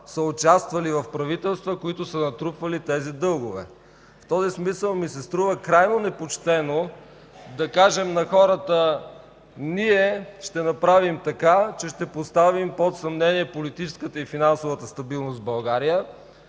са участвали в правителства, които са натрупали тези дългове. В този смисъл ми се струва крайно непочтено да кажем на хората: „Ние ще направим така, че ще поставим под съмнение политическата и финансовата стабилност в България,